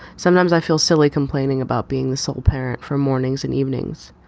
sometimes i feel silly complaining about being the sole parent for mornings and evenings.